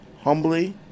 humbly